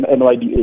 NYDA